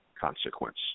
consequence